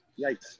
yikes